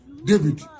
David